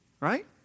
Right